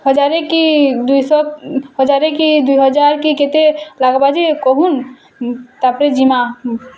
ହଜାରେ କି ଦୁଇଶହ ହଜାରେ କି ଦୁଇ ହଜାର୍ କି କେତେ ଲାଗ୍ବା ଯେ କହୁନ୍ ତାପରେ ଯିମା